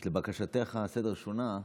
לבקשתך, הסדר שונה.